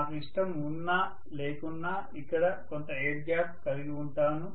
నాకు ఇష్టము ఉన్నా లేకున్నా ఇక్కడ కొంత ఎయిర్ గ్యాప్ కలిగి వుంటాను